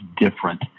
different